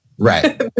Right